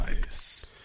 Nice